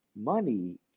money